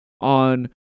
on